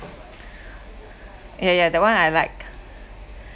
ya ya that one I like